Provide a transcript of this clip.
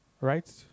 Right